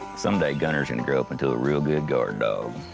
someday gunner's gonna grow up into a real good guard dog.